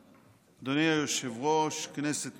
אדוני היושב-ראש, כנסת נכבדה,